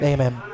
Amen